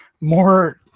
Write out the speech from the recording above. more